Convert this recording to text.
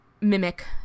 mimic